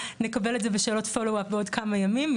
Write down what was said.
נקבל את זה בשאלות follow up עוד כמה ימים.